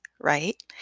right